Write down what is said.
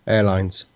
Airlines